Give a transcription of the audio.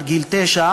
עד גיל תשע,